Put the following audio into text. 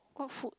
what food